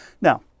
now